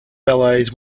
ballets